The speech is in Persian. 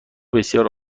بسیار